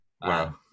Wow